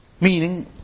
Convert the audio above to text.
Meaning